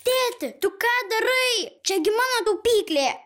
tėti tu ką darai čiagi mano taupyklė